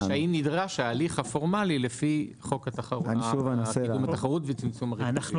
והאם נדרש ההליך הפורמלי לפי חוק קידום התחרות וצמצום הריכוזיות?